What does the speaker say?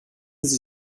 sie